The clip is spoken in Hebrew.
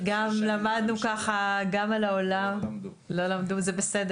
ולמדנו ככה גם על העולם --- אני קנדל בפתח.